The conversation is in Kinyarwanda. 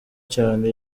cyane